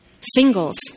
Singles